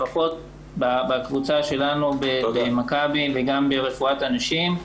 לפחות בקבוצה שלנו במכבי וגם ברפואת הנשים,